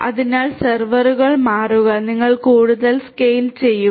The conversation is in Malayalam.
അതിനാൽ സെർവറുകൾ മാറുക നിങ്ങൾ കൂടുതൽ സ്കെയിൽ ചെയ്യുക